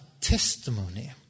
testimony